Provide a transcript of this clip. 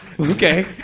Okay